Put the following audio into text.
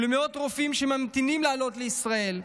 ולמאות רופאים שממתינים לעלות לישראל,